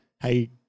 Hey